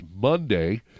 Monday